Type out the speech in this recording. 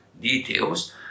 details